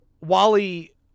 Wally